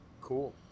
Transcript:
Cool